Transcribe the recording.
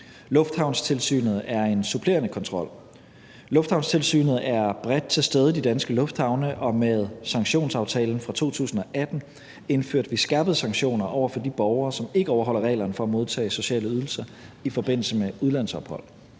Lufthavnstilsynet er en supplerende kontrol. Lufthavnstilsynet er bredt til stede i de danske lufthavne, og med sanktionsaftalen fra 2018 indførte vi skærpede sanktioner over for de borgere, som ikke overholder reglerne for at modtage sociale ydelser i forbindelse med udlandsophold.